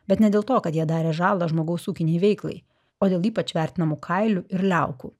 bet ne dėl to kad jie darė žalą žmogaus ūkinei veiklai o dėl ypač vertinamų kailių ir liaukų